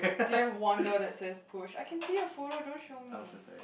do you wonder that there's proof I can see her photo don't show me